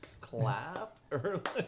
clap